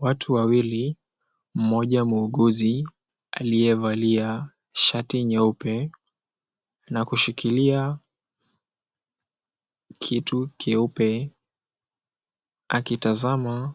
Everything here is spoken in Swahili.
Watu wawili, mmoja muuguzi aliyevalia shati nyeupe na kushikilia kitu kieupe akitazama